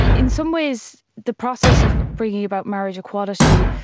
in some ways the process of bringing about marriage equality,